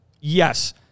yes